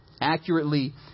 Accurately